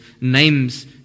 names